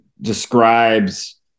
describes